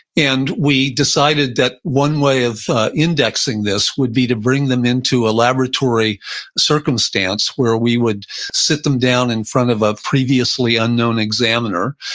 and we decided that one way of indexing this would be to bring them into a laboratory circumstance where we would sit them down in front of a previously unknown examiner,